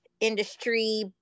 industry